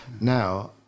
Now